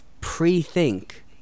pre-think